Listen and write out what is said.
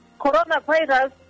coronavirus